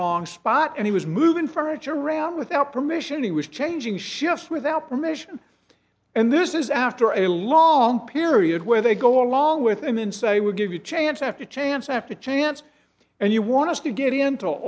wrong spot and he was moving furniture around without permission he was changing shifts without permission and this is after a long period where they go along with him and say we'll give you a chance after chance after chance and you want to get into